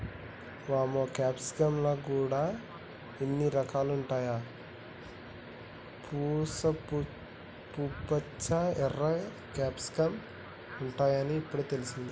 వామ్మో క్యాప్సికమ్ ల గూడా ఇన్ని రకాలుంటాయా, పసుపుపచ్చ, ఎర్ర క్యాప్సికమ్ ఉంటాయని ఇప్పుడే తెలిసింది